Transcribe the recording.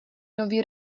nový